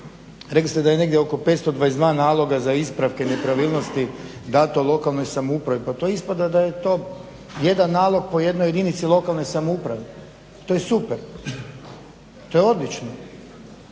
Rekli ste da je oko 522 naloga za ispravke nepravilnosti dato lokalnoj samoupravi. pa to ispada je to jedan nalog po jednoj jedinici lokalne samouprave. To je super, to je odlično,